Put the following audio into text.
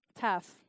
Tough